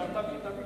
תביא, תביא.